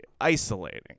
isolating